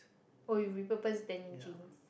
oh you repurpose denim jeans